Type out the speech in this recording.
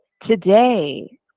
today